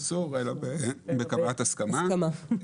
אלא בקבלת הסכמה.